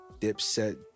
Dipset